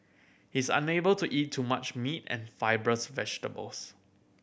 he is unable to eat too much meat and fibrous vegetables